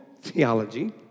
theology